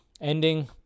ending